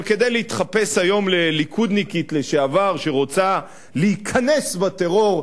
אבל כדי להתחפש היום לליכודניקית לשעבר שרוצה להיכנס בטרור,